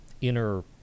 inner